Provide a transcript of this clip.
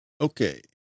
okay